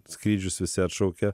skrydžius visi atšaukia